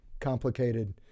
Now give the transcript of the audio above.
complicated